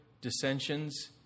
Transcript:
dissensions